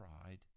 pride